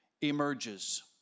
emerges